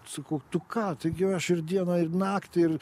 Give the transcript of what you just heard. sakau tu ką taigi aš ir dieną ir naktį ir